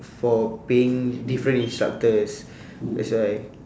for paying different instructors that's why